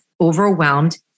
overwhelmed